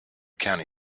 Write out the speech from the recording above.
county